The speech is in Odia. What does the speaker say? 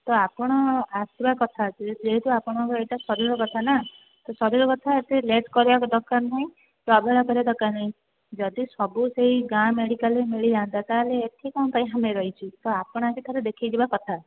ତ ଆପଣ ଆସିବା କଥା ଯେହେତୁ ଯେହେତୁ ଆପଣଙ୍କ ଏଇଟା ଶରୀର କଥାନା ଶରୀର କଥା ଏତେ ଲେଟ କରିବା ଦରକାର ନାଇଁ କି ଅବହେଳା କରିବା ଦରକାର ନାହିଁ ଯଦି ସବୁ ସେଇ ଗାଁ ମେଡ଼ିକାଲରେ ମିଳିଯା'ନ୍ତା ତା'ହାଲେ ଏଠି କ'ଣ ପାଇଁ ଆମେ ରହିଛୁ ତ ଆପଣ ଆସିକି ଦେଖାଇ ଯିବା କଥା